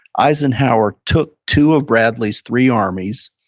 eisenhower took two of bradley's three armies.